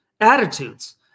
attitudes